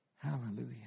Hallelujah